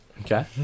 okay